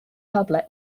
public